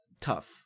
tough